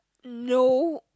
no